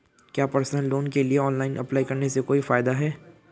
क्या personal loan के लिए ऑनलाइन अप्लाई करने से कोई फायदा है?